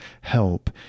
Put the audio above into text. help